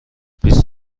بیست